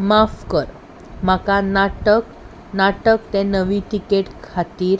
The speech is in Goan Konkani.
माफ कर म्हाका नाटक नाटक तें नवीं तिकेट खातीर